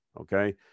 okay